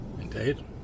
Indeed